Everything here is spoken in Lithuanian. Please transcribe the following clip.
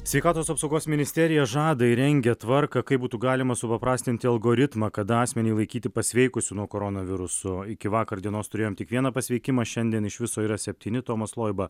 sveikatos apsaugos ministerija žada ir rengia tvarką kaip būtų galima supaprastinti algoritmą kada asmenį laikyti pasveikusiu nuo koronaviruso iki vakar dienos turėjom tik vieną pasveikimą šiandien iš viso yra septyni tomas loiba